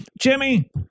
Jimmy